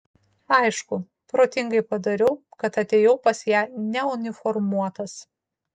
aišku protingai padariau kad atėjau pas ją neuniformuotas